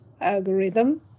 algorithm